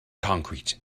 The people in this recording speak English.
concrete